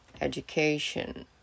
education